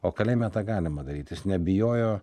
o kalėjime tą galima daryt jis nebijojo